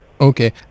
Okay